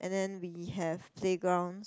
and then we have playgrounds